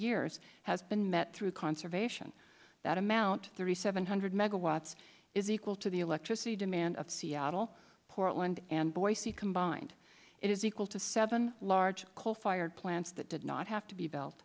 years has been met through conservation that amount thirty seven hundred megawatts is equal to the electricity demand of seattle portland and boise combined it is equal to seven large coal fired plants that did not have to be